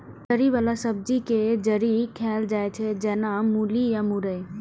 जड़ि बला सब्जी के जड़ि खाएल जाइ छै, जेना मूली या मुरइ